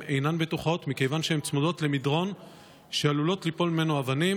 אינן בטוחות מכיוון שהן צמודות למדרון שעלולות ליפול ממנו אבנים,